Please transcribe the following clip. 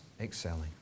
excelling